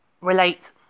relate